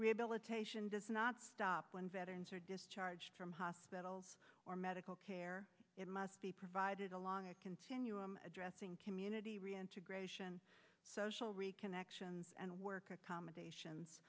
rehabilitation does not stop when veterans are discharged from hospitals or medical care it must be provided along a continuum addressing community reintegration social reconnection and work accommodations